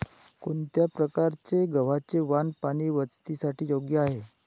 कोणत्या प्रकारचे गव्हाचे वाण पाणी बचतीसाठी योग्य आहे?